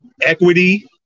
equity